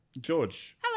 George